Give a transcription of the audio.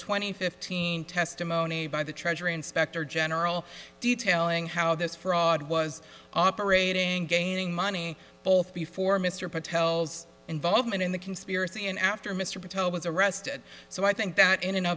twenty fifteen testimony by the treasury inspector general detailing how this fraud was operating gaining money both before mr patel's involvement in the conspiracy and after mr patel was arrested so i think that in an